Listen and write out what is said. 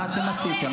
מה אתם עשיתם?